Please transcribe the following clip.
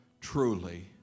truly